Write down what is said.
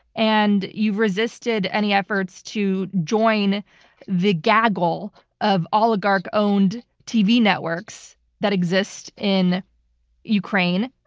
and you've resisted any efforts to join the gaggle of oligarch-owned tv networks that exist in ukraine.